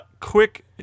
quick